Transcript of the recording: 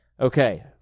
Okay